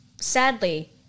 sadly